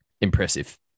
Impressive